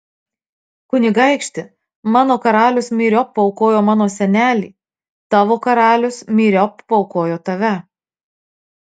kunigaikšti mano karalius myriop paaukojo mano senelį tavo karalius myriop paaukojo tave